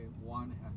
One